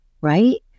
right